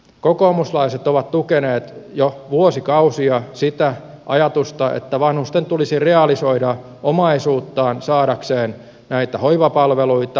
kokoomuslaiset ovat tukeneet jo vuosikausia sitä ajatusta että vanhusten tulisi realisoida omaisuuttaan saadakseen näitä hoivapalveluita